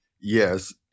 Yes